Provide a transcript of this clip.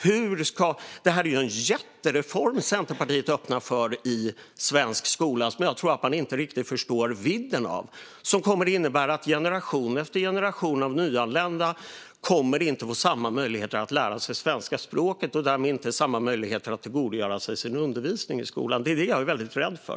Detta är ju en jättereform som Centerpartiet öppnar för i svensk skola som jag tror att man inte riktigt förstår vidden av. Den kommer att innebära att generation efter generation av nyanlända inte kommer att få samma möjligheter att lära sig svenska språket och därmed inte få samma möjligheter att tillgodogöra sig sin undervisning i skolan. Det är det som jag är väldigt rädd för.